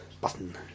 Button